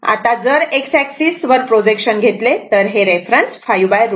आहे आता जर X एक्सिस वर प्रोजेक्शन घेतले तर हे रेफरन्स 5√ 2